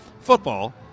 football